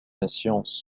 nations